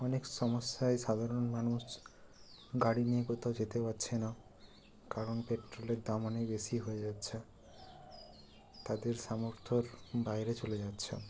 অনেক সমস্যায় সাধারণ মানুষ গাড়ি নিয়ে কোথাও যেতে পারছে না কারণ পেট্রলের দাম অনেক বেশি হয়ে যাচ্ছে তাদের সামর্থ্যর বাইরে চলে যাচ্ছে